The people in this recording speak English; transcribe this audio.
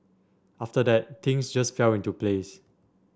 after that things just fell into place